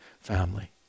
family